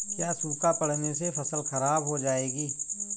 क्या सूखा पड़ने से फसल खराब हो जाएगी?